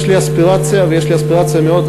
יש לי אספירציה ויש לי אספירציה מאוד,